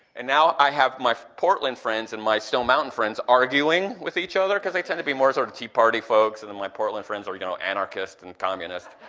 and now i have my portland friends and my stone mountain friends arguing with each other because they tend to be more sort of tea party folks and my portland friends are, you know, anarchists and communists.